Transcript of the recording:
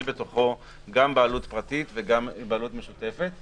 בתוכו גם בעלות פרטית וגם בעלות משותפת.